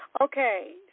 okay